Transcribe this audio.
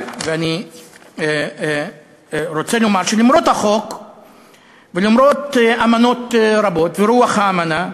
אני רוצה לומר שלמרות החוק ולמרות אמנות רבות ורוח האמנה,